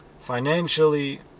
financially